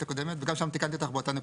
הקודמת וגם שם תיקנתי אותך באותה נקודה,